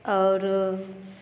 आओर